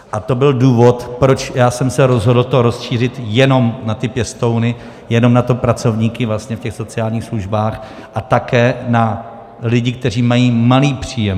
A to byl důvod, proč já jsem se rozhodl to rozšířit jenom na ty pěstouny, jenom na ty pracovníky vlastně v těch sociálních službách a také na lidi, kteří mají malý příjem.